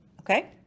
Okay